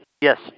Yes